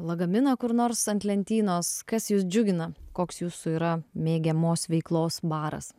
lagaminą kur nors ant lentynos kas jus džiugina koks jūsų yra mėgiamos veiklos baras